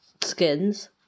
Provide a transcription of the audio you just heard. skins